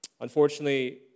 Unfortunately